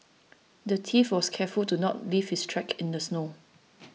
the thief was careful to not leave his tracks in the snow